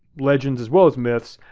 legends as well as myths,